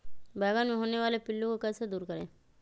बैंगन मे होने वाले पिल्लू को कैसे दूर करें?